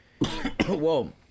Whoa